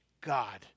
God